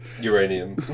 Uranium